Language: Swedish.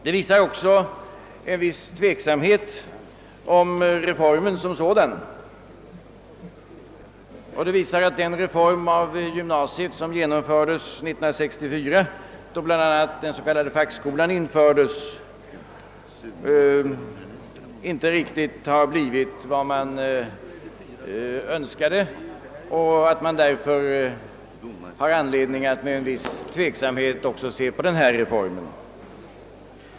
Det visar också att den reform av gymnasiet som genomfördes år 1964, då bl.a. den s.k. fackskolan infördes, inte riktigt har blivit vad man önskade och att man därför har anledning att med en viss tveksamhet se på denna reform.